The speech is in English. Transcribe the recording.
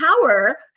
power